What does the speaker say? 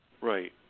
Right